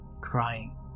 crying